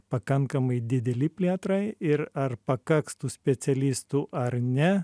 pakankamai dideli plėtrai ir ar pakaks tų specialistų ar ne